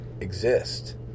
exist